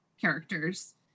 characters